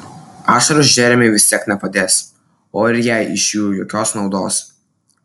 ašaros džeremiui vis tiek nepadės o ir jai iš jų jokios naudos